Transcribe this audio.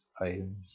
items